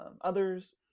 others